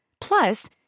Plus